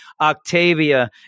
Octavia